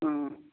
ହଁ